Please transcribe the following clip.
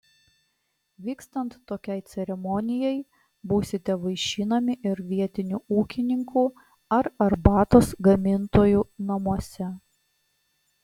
vykstant tokiai ceremonijai būsite vaišinami ir vietinių ūkininkų ar arbatos gamintojų namuose